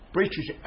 British